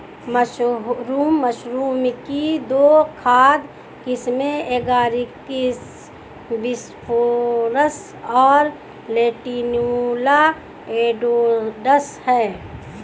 mushroom की दो खाद्य किस्में एगारिकस बिस्पोरस और लेंटिनुला एडोडस है